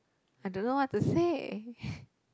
I don't know what to say